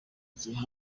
gihe